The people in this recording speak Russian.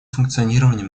функционирование